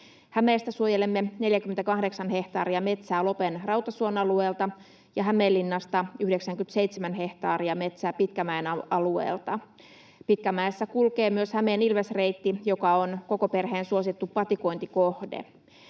Hämeestä suojelemme 48 hehtaaria metsää Lopen Rautasuon alueelta ja Hämeenlinnasta 97 hehtaaria metsää Pitkämäen alueelta. Pitkämäessä kulkee myös Hämeen Ilvesreitti, joka on koko perheen suosittu patikointikohde.